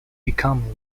become